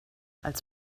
als